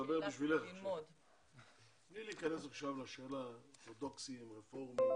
בלי להיכנס לשאלה אורתודוקסים, רפורמים,